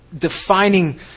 defining